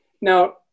Now